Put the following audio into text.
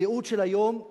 מיעוט של היום הוא